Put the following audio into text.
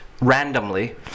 randomly